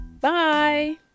Bye